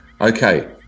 Okay